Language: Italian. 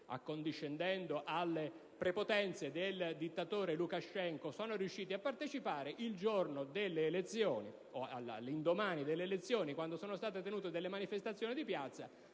accondiscendendo alle prepotenze del dittatore Lukashenko, sono riusciti a partecipare, il giorno delle elezioni o all'indomani delle elezioni, quando sono state tenute manifestazioni di piazza,